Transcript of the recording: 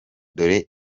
dore